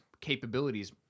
capabilities